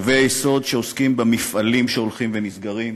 קווי יסוד שעוסקים במפעלים שהולכים ונסגרים,